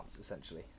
essentially